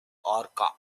orca